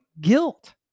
guilt